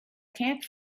can’t